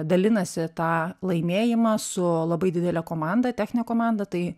dalinasi tą laimėjimą su labai didele komanda technine komanda tai